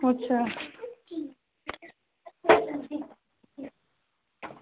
अच्छा